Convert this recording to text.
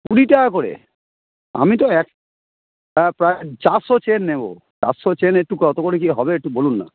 কুড়ি টাকা করে আমি তো এক প্রায় চারশো চেইন নেব চারশো চেইন একটু কত করে কী হবে একটু বলুন না